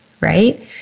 right